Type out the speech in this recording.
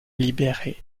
libéré